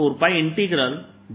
dV के बराबर है